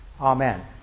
Amen